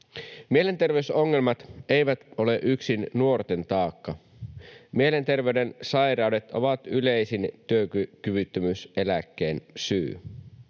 Mielenterveysongelmat eivät ole yksin nuorten taakka. Mielenterveyden sairaudet ovat yleisin työkyvyttömyyseläkkeen syy.